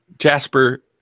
Jasper